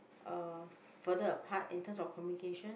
uh further apart in terms of communication